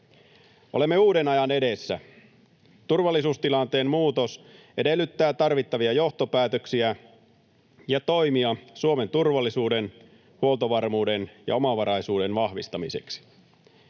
Olemme uuden ajan edessä. Turvallisuustilanteen muutos edellyttää tarvittavia johtopäätöksiä ja toimia Suomen turvallisuuden, huoltovarmuuden ja omavaraisuuden vahvistamiseksi.